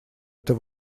этой